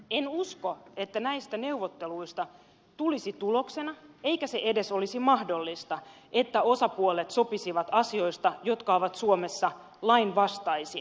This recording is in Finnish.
en usko että näistä neuvotteluista tulisi tuloksena se eikä se edes olisi mahdollista että osapuolet sopisivat asioista jotka ovat suomessa lainvastaisia